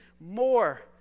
more